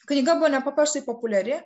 knyga buvo nepaprastai populiari